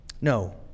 No